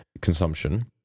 consumption